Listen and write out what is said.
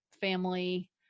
family